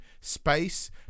space